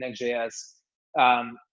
Next.js